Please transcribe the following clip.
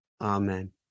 Amen